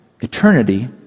eternity